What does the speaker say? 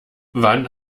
wann